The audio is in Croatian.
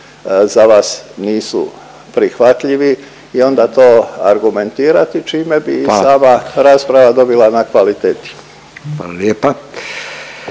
za vas nisu prihvatljivi i onda to argumentirati čime bi… …/Upadica Radin: Hvala./… …sama rasprava dobila na kvaliteti.